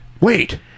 Wait